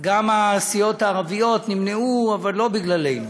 הסיעות הערביות נמנעו, אבל לא בגללנו.